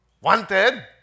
Wanted